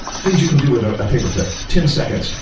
things you can do with a paperclip. ten seconds.